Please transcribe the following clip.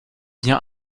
bien